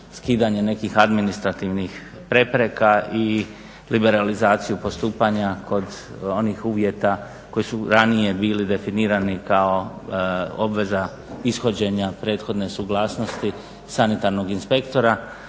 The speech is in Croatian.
nekih administrativnih prepreka i liberalizaciju postupanja kod onih uvjeta koji su ranije bili definirani kao obveza ishođenja prethodne suglasnosti sanitarnog inspektora.